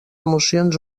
emocions